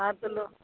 हाँ तो लोकल